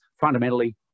fundamentally